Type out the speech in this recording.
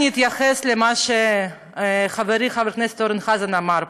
אני אתייחס למה שחברי חבר הכנסת אורן חזן אמר פה: